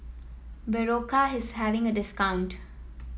Berocca is having a discount